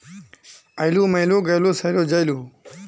सरकारेर द्वारे लेखा शास्त्रक इतिहासेर प्रमाणक सम्भलई रखाल जा छेक